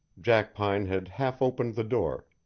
jackpine had half opened the door,